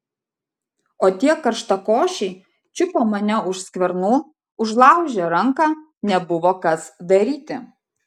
o tie karštakošiai čiupo mane už skvernų užlaužė ranką nebuvo kas daryti